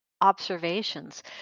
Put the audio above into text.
observations